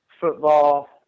football